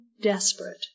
desperate